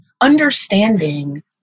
understanding